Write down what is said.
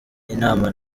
inama